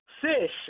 fish